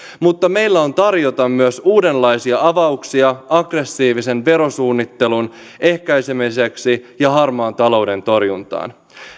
mutta meillä on tarjota myös uudenlaisia avauksia aggressiivisen verosuunnittelun ehkäisemiseksi ja harmaan talouden torjuntaan